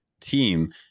team